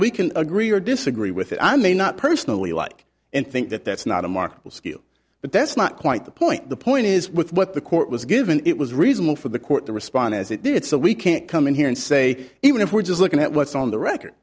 we can agree or disagree with it i may not personally like and think that that's not a marketable skill but that's not quite the point the point is with what the court was given it was reasonable for the court to respond as it did so we can't come in here and say even if we're just looking at what's on the record